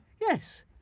Yes